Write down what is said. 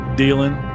dealing